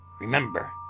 remember